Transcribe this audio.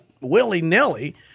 willy-nilly